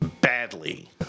badly